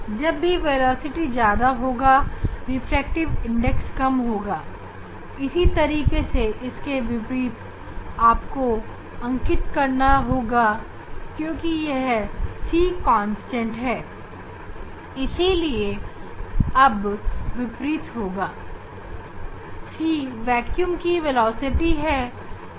जब भी वेलोसिटी ज्यादा होगा तब रिफ्रैक्टिव इंडेक्स कम होगा इसी तरीके से वेलोसिटी के विपरीत आपको रिफ्रैक्टिव इंडेक्स अंकित करना होगा क्योंकि यह c कांस्टेंट है c वैक्यूम मैं प्रकाश की वेलोसिटी है